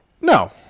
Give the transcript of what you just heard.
No